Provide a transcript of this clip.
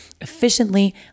efficiently